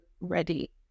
ready